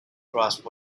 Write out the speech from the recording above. grasp